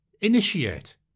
Initiate